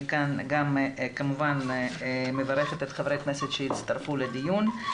אני כאן כמובן מברכת את חברי הכנסת שהצטרפו לדיון.